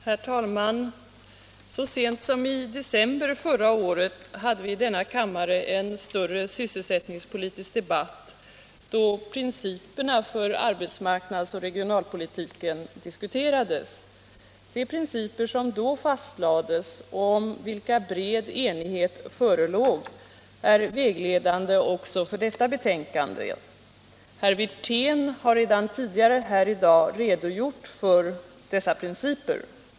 Herr talman! Så sent som i december förra året hade vi i denna kammare en större sysselsättningspolitisk debatt, då principerna för arbetsmarknads och regionalpolitiken diskuterades. De principer som då fastlades, och om vilka bred enighet förelåg, är vägledande också för detta betänkande. Herr Wirtén har redan tidigare här i dag redogjort för dessa principer.